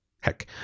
Heck